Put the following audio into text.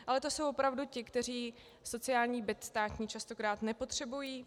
Ale to jsou opravdu ti, kteří sociální byt státní častokrát nepotřebují.